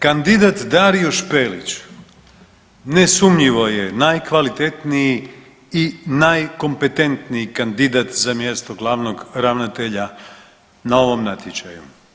Kandidat Dario Špelić nesumnjivo je najkvalitetniji i najkompetentniji kandidat za mjesto glavnog ravnatelja na ovom natječaju.